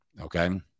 Okay